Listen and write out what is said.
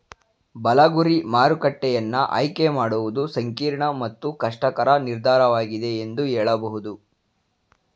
ಬಲ ಗುರಿ ಮಾರುಕಟ್ಟೆಯನ್ನ ಆಯ್ಕೆ ಮಾಡುವುದು ಸಂಕೀರ್ಣ ಮತ್ತು ಕಷ್ಟಕರ ನಿರ್ಧಾರವಾಗಿದೆ ಎಂದು ಹೇಳಬಹುದು